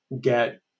get